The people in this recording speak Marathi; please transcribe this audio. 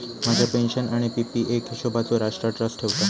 माझ्या पेन्शन आणि पी.पी एफ हिशोबचो राष्ट्र ट्रस्ट ठेवता